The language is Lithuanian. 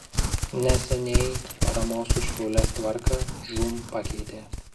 neseniai paramos už kiaules tvarką žūm pakeitė